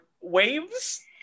waves